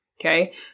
Okay